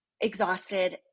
exhausted